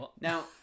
now